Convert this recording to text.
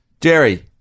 Jerry